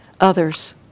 others